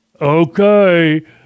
Okay